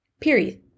Period